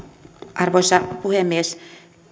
arvoisa puhemies